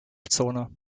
tarifzone